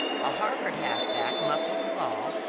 a harvard half-back muffed the ball,